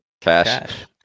Cash